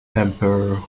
emperor